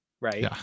right